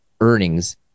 earnings